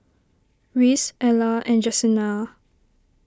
Reece Ella and Jesenia